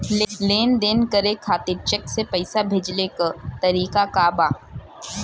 लेन देन करे खातिर चेंक से पैसा भेजेले क तरीकाका बा?